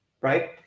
right